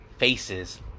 Faces